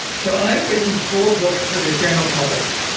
so i've written four books for the general public.